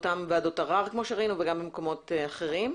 באותן ועדות ערר כמו שראינו וגם במקומות אחרים,